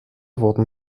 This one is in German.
wurden